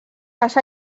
les